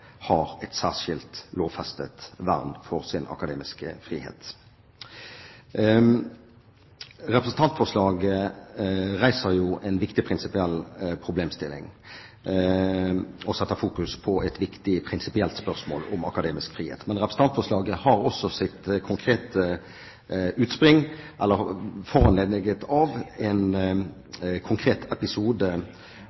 har et særskilt lovfestet vern for sin akademiske frihet. Representantforslaget reiser en viktig prinsipiell problemstilling og setter fokus på et viktig prinsipielt spørsmål om akademisk frihet. Men representantforslaget har også sitt konkrete utspring i – eller er foranlediget av – en